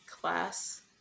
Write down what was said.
class